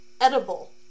Edible